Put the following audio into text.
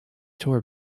tour